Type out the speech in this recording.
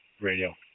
radio